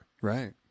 Right